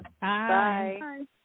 Bye